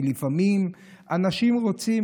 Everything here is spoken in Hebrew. כי לפעמים אנשים רוצים,